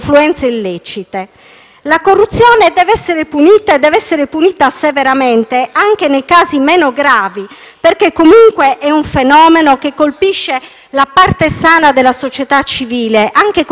La corruzione deve essere punita severamente anche nei casi meno gravi, perché comunque è un fenomeno che colpisce la parte sana della società civile, anche con effetti secondari,